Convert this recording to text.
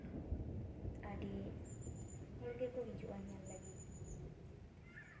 ᱟᱹᱰᱤ ᱦᱚᱲ ᱜᱮᱠᱚ ᱦᱤᱡᱩᱜᱼᱟ ᱧᱮᱞ ᱞᱟᱹᱜᱤᱫ